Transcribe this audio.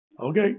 Okay